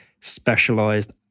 Specialized